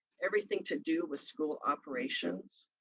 everything to do with school operations.